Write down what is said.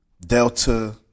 Delta